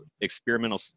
experimental